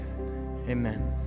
Amen